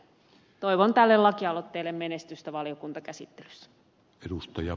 toivon tälle lakialoitteelle menestystä valiokuntakäsittelyssä